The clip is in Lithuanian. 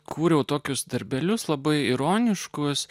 kūriau tokius darbelius labai ironiškus